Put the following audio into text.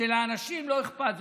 שלאנשים לא אכפת.